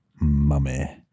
Mummy